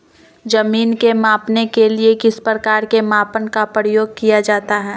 जमीन के मापने के लिए किस प्रकार के मापन का प्रयोग किया जाता है?